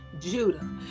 Judah